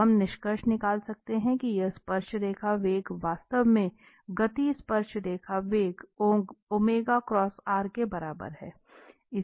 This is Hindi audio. तो हम निष्कर्ष निकाल सकते हैं कि यह स्पर्शरेखा वेग वास्तव में गति स्पर्शरेखा वेग के बराबर है